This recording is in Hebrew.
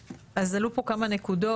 אז עלו פה כמה נקודות